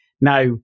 now